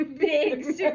big